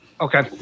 Okay